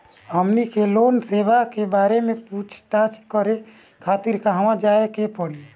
हमनी के लोन सेबा के बारे में पूछताछ करे खातिर कहवा जाए के पड़ी?